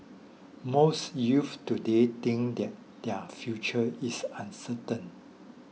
most youths today think that their future is uncertain